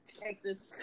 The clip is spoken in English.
texas